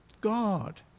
God